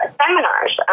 seminars